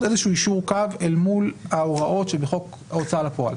איזשהו יישור קו אל מול ההוראות שבחוק ההוצאה לפועל,